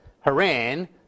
Haran